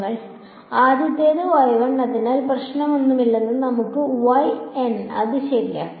അതിനാൽ ആദ്യത്തേത്അതിനാൽ പ്രശ്നമൊന്നുമില്ലെന്ന് നമുക്ക് അത് ശരിയാക്കാം